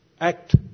act